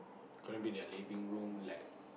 gonna be their living room like